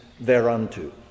thereunto